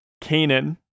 Canaan